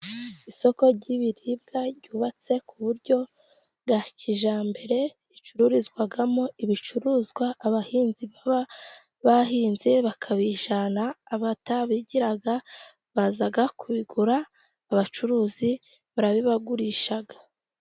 Isoko ry'ibiribwa ryubatse k'uburyo bwa kijyambere, ricururizwamo ibicuruzwa abahinzi baba bahinze bakabijyana abatabigira baza kubigura abacuruzi barabibagurisha.